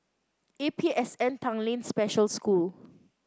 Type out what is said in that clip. A P S N Tanglin Special School